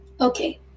okay